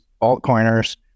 altcoiners